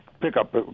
pickup